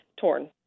torn